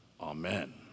Amen